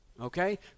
okay